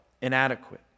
inadequate